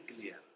clear